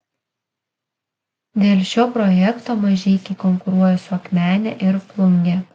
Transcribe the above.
dėl šio projekto mažeikiai konkuruoja su akmene ir plunge